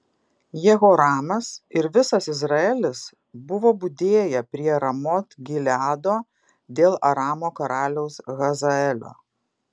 jehoramas ir visas izraelis buvo budėję prie ramot gileado dėl aramo karaliaus hazaelio